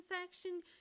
infection